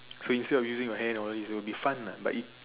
free free of using your hands all this will be fun lah but it